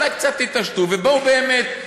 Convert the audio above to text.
אולי קצת תתעשתו ובואו באמת,